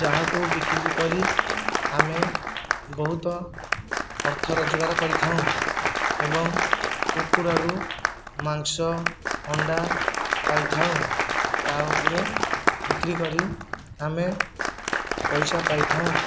ଯାହାକୁ ବିକ୍ରି କରି ଆମେ ବହୁତ ଅର୍ଥ ରୋଜଗାର କରିଥାଉ ଏବଂ କୁକୁଡ଼ାରୁ ମାଂସ ଅଣ୍ଡା ପାଇଥାଉ ତା'ପରେ ବିକ୍ରି କରି ଆମେ ପଇସା ପାଇଥାଉ